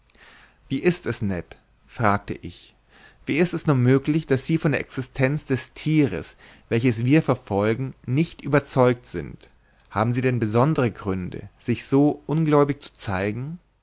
wie ist es ned fragte ich wie ist nur möglich daß sie von der existenz des thieres welches wir verfolgen nicht überzeugt sind haben sie denn besondere gründe sich so ungläubig zu zeigen